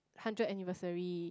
hundred anniversary